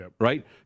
right